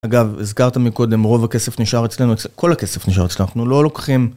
אגב, הזכרת מקודם, רוב הכסף נשאר אצלנו, כל הכסף נשאר אצלנו, אנחנו לא לוקחים...